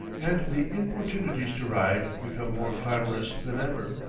and the importunities to ride become more clamorous than ever.